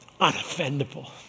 Unoffendable